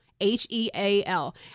H-E-A-L